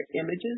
images